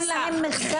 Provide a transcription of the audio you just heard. אין להם מכסה?